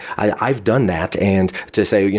i've done that. and to say,